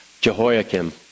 Jehoiakim